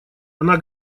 она